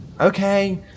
Okay